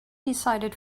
decided